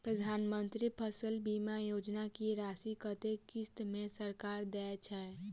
प्रधानमंत्री फसल बीमा योजना की राशि कत्ते किस्त मे सरकार देय छै?